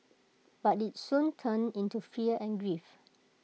but IT soon turned into fear and grief